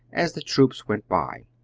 as the troops went by.